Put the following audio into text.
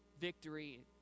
Victory